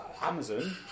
Amazon